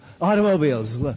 automobiles